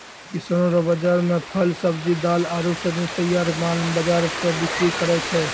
किसानो रो बाजार मे फल, सब्जी, दाल आरू सनी तैयार माल बाजार मे बिक्री करै छै